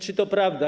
Czy to prawda?